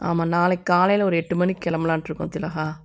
ஆமா நாளைக்கு காலையில் ஒரு எட்டு மணிக்கு கிளம்பலான்ட்டு இருக்கோம் திலகா